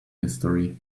history